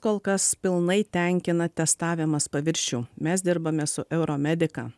kol kas pilnai tenkina testavimas paviršių mes dirbame su euromedika